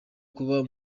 kuba